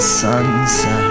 sunset